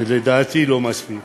ולדעתי לא מספיק.